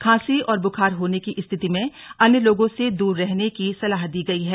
खांसी और बुखार होने की स्थिति में अन्य लोगों से दर रहने की सलाह दी गई है